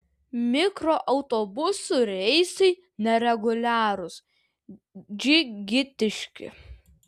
mikroautobusų reisai nereguliarūs džigitiški